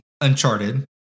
uncharted